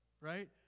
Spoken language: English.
right